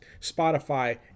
Spotify